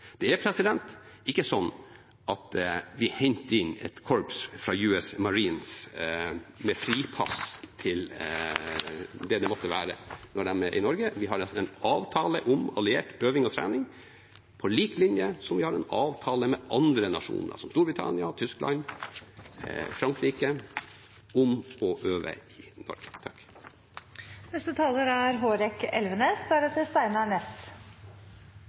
Norge. Det er ikke slik at vi henter inn et korps fra US Marines med fripass til det det måtte være når de er i Norge. Vi har en avtale om alliert øving og trening, på lik linje med avtaler vi har med andre nasjoner, som Storbritannia, Tyskland og Frankrike, om å øve sammen. Før Norge inngikk Atlanterhavspakten i